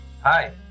Hi